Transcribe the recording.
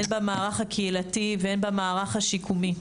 הן במערך הקהילתי והן במערך השיקומי.